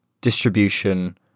distribution